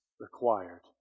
required